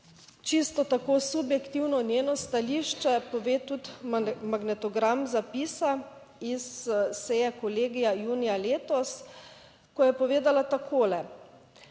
čisto tako subjektivno njeno stališče, pove tudi magnetogram zapisa iz seje kolegija junija letos, ko je povedala takole: